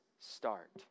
start